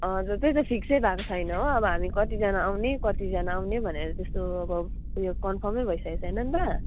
हजुर त्यही त फिक्सै भएको छैन हो अब हामी कतिजना आउने कतिजना आउने भनेर त्यस्तो अब उयो कन्फर्मै भइसकेको छैन नि त